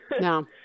No